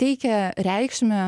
teikia reikšmę